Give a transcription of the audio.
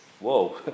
Whoa